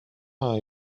are